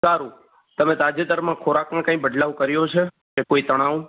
સારું તમે તાજેતરમાં ખોરાકનો કઈ બદલાવ કર્યો છે કે કોઈ તણાવ